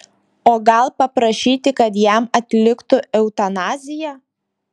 o gal paprašyti kad jam atliktų eutanaziją